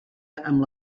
amb